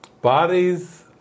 Bodies